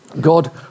God